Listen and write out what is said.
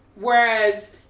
whereas